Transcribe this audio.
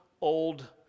old